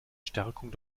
stärkung